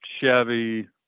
Chevy